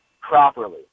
properly